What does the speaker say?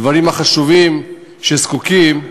הדברים החשובים שזקוקים להם,